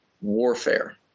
warfare